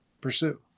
pursue